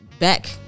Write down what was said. Back